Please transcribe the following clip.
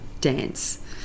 dance